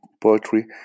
poetry